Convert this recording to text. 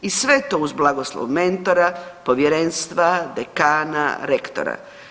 I sve to uz blagoslov mentora, povjerenstva, dekana, rektora.